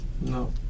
no